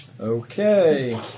Okay